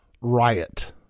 riot